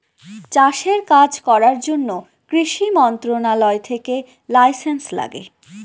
চাষের কাজ করার জন্য কৃষি মন্ত্রণালয় থেকে লাইসেন্স লাগে